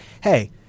Hey